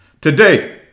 today